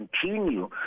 continue